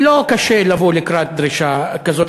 ולא קשה לבוא לקראת דרישה כזאת.